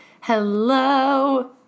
Hello